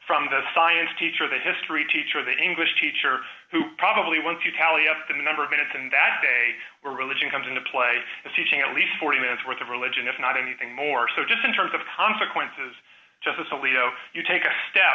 from the science teacher the history teacher the english teacher who probably once you tally up the number of minutes in that day where religion comes into play it's eating at least forty minutes worth of religion if not even more so just in terms of consequences justice alito you take a step